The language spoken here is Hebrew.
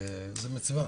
זו מצווה